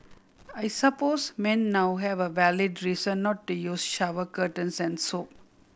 I suppose men now have a valid reason not to use shower curtains and soap